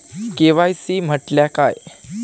KYC म्हटल्या काय?